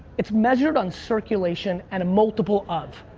it's measured on circulation and a multiple of.